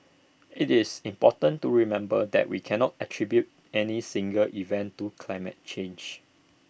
IT is important to remember that we cannot attribute any single event to climate change